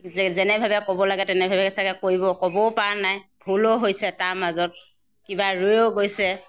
যেনেভাৱে ক'ব লাগে তেনেভাৱে ছাগে কৰিব ক'বও পৰা নাই ভুলো হৈছে তাৰ মাজত কিবা ৰৈয়ো গৈছে